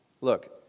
Look